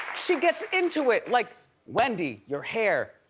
she gets into it like wendy, your hair,